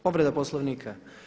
Povreda Poslovnika.